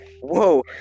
Whoa